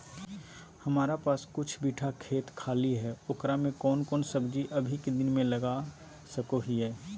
हमारा पास कुछ बिठा खेत खाली है ओकरा में कौन कौन सब्जी अभी के दिन में लगा सको हियय?